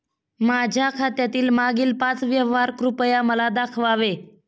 माझ्या खात्यातील मागील पाच व्यवहार कृपया मला दाखवावे